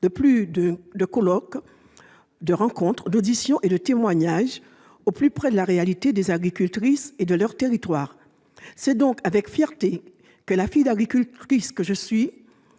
d'un an de colloques, de rencontres, d'auditions et de témoignages, au plus près de la réalité des agricultrices et de leurs territoires. C'est donc avec fierté que la fille d'agricultrice que je suis